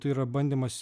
tai yra bandymas